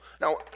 Now